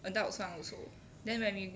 adults [one] also then when we